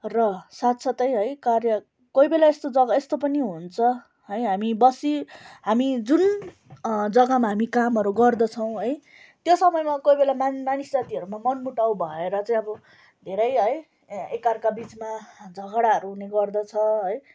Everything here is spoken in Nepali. र साथ साथै है कार्य कोही बेला यस्तो जग्गा यस्तो पनि हुन्छ है हामी बसी हामी जुन जग्गामा हामी कामहरू गर्दछौँ है त्यो समयमा कोही बेला मान मानिस जातिहरूमा मन मुटाउ भएर चाहिँ अब धैरै है एकअर्काबिचमा झगडाहरू हुने गर्दछ है